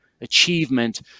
achievement